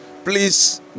please